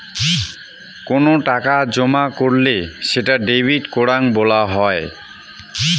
কোনো টাকা জমা করলে সেটা ডেবিট করাং বলা হই